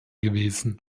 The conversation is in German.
gewesen